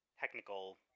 technical